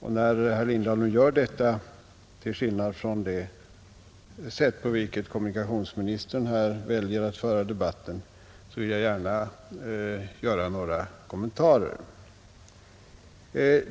och när nu herr Lindahl gör detta — till skillnad från det sätt på vilket kommunikationsministern väljer att föra debatten här — vill jag gärna något kommentera hans synpunkter.